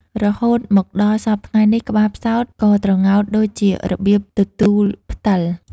រហូតមកដល់សព្វថ្ងៃនេះ ក្បាលផ្សោតក៏ត្រងោលដូចជារបៀបទទូរផ្ដិល។